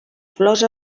flors